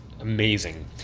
amazing